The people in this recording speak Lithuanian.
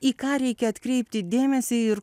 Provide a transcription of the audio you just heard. į ką reikia atkreipti dėmesį ir